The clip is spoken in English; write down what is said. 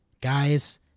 Guys